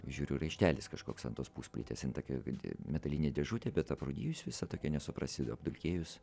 žiūriu raištelis kažkoks ant tos pusplytės jin tokia metalinė dėžutė bet aprūdijus visa tokia nesuprasi apdulkėjus